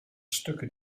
stukken